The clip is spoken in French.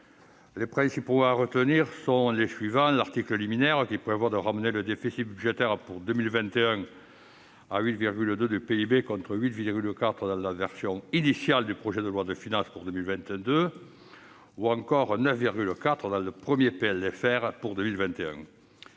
Les principaux points à retenir sont les suivants. L'article liminaire tend à ramener le déficit budgétaire pour 2021 à 8,2 % du PIB, contre 8,4 % dans la version initiale du projet de loi de finances pour 2022 ou encore 9,4 % dans la première loi de